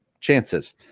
chances